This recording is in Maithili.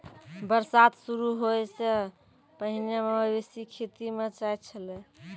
बरसात शुरू होय सें पहिने मवेशी खेतो म चरय छलै